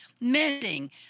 mending